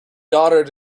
daughter